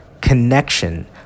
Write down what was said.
connection